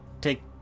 take